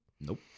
Nope